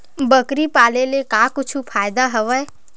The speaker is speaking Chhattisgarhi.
बकरी पाले ले का कुछु फ़ायदा हवय?